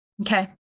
Okay